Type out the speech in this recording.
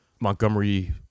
Montgomery